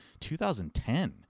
2010